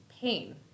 pain